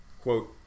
quote